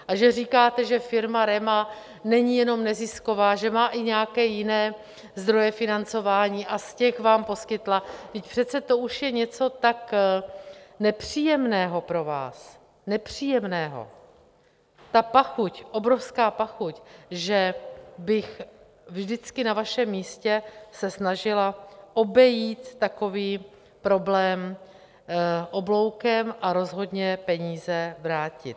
A že říkáte, že firma REMA není jenom nezisková, že má i nějaké jiné zdroje financování a z těch vám poskytla, vždyť přece to už je něco tak nepříjemného pro vás, nepříjemného, ta pachuť, obrovská pachuť, že bych vždycky na vašem místě se snažila obejít takový problém obloukem a rozhodně peníze vrátit.